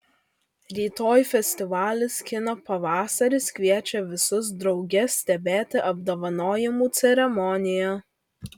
rytoj festivalis kino pavasaris kviečia visus drauge stebėti apdovanojimų ceremoniją